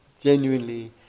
genuinely